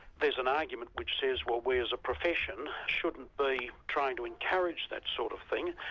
there's an argument which says, well we as ah profession shouldn't be trying to encourage that sort of thing,